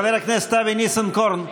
חבר הכנסת קרעי,